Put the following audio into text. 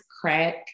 crack